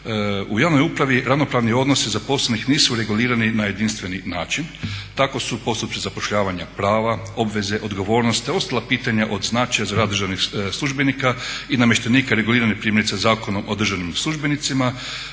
u javnoj upravi ravnopravni odnosi zaposlenih nisu regulirani na jedinstveni način. Tako su postupci zapošljavanja prava, obveze, odgovornosti, te ostala pitanja od značaja za rad državnih službenika i namještenika regulirani primjerice Zakonom o državnim službenicima,